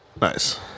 Nice